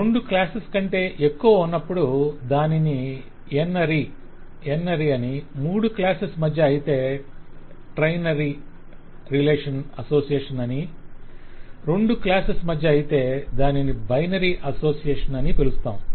రెండు క్లాసెస్ కంటే ఎక్కువ ఉన్నప్పుడు దానిని 'n ary' అని మూడు క్లాసెస్ మధ్య అయితే ternary relation association ternary relationassociation అని రెండు క్లాసెస్ మధ్య అయితే దానిని బైనరీ అసోసియేషన్ అని పిలుస్తాము